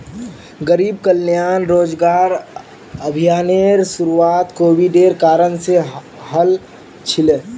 गरीब कल्याण रोजगार अभियानेर शुरुआत कोविडेर कारण से हल छिले